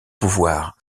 pouvoir